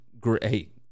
great